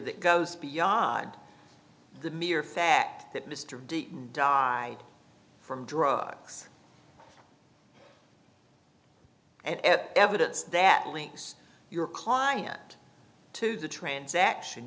that goes beyond the mere fact that mr di die from drugs and evidence that links your client to the transaction